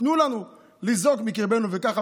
תנו לנו לזעוק מקרבנו וככה,